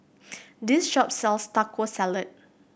this shop sells Taco Salad